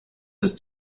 ist